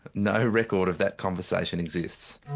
no record of that conversation exists.